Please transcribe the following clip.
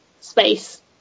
space